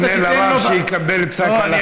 יפנה לרב לבל פסק הלכה.